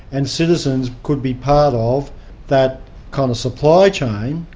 and citizens could be part of that kind of supply chain,